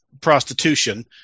prostitution